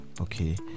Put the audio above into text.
okay